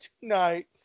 tonight